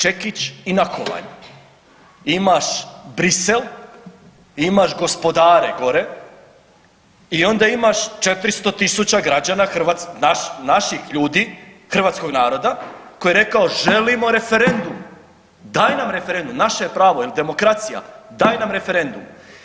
Čekić i nakovanj imaš Bruxelles, imaš gospodare gore i onda imaš 400.000 građana naših ljudi hrvatskog naroda koji je rekao želimo referendum, daj nam referendum naše je pravo jel demokracija, daj nam referendum.